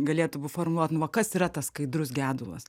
galėtų formuot nu va kas yra tas skaidrus gedulas